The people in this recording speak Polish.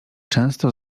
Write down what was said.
często